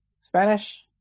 Spanish